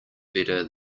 better